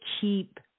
keep